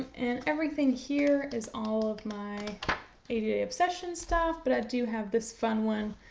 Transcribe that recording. and everything here is all of my eighty day obsession stuff, but i do have this fun one.